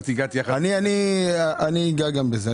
אגע גם בזה.